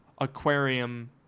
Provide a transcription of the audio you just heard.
aquarium